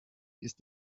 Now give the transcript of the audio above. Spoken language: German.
ist